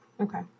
Okay